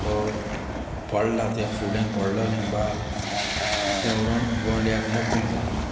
तो पडला ते फुडें पडलोलें बाल तें व्हरून गोंड्याक मोखूंक जायें